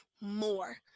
more